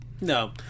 No